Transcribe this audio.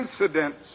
incidents